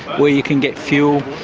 where you can get fuel.